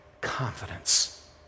confidence